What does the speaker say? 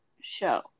show